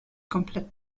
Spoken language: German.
komplett